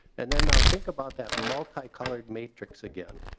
and then i'll think about that multicolored metrics again.